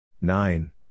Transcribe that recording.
nine